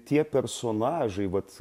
tie personažai vat